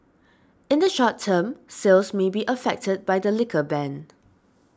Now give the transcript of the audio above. in the short term sales may be affected by the liquor ban